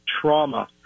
trauma